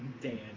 Dan